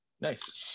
Nice